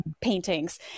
paintings